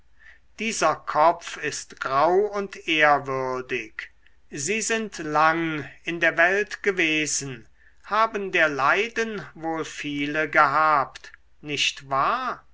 dieser kopf ist grau und ehrwürdig sie sind lang in der welt gewesen haben der leiden wohl viele gehabt nicht wahr